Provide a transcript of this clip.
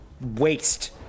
waste